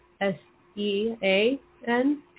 S-E-A-N